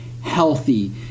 healthy